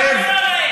מה את עונה להם?